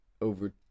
over